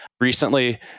Recently